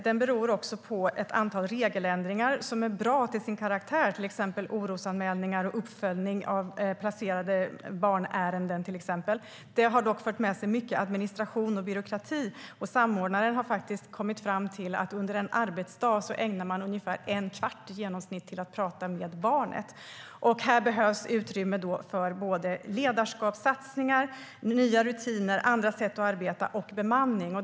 Den beror också på ett antal regeländringar som är bra till sin karaktär, till exempel orosanmälningar och uppföljning av ärenden om placerade barn. Det har dock fört med sig mycket administration och byråkrati, och samordnaren har faktiskt kommit fram till att man under en arbetsdag ägnar i genomsnitt ungefär en kvart till att prata med barnet. Här behövs utrymme för ledarskapssatsningar, nya rutiner, andra sätt att arbeta och bemanning.